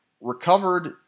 recovered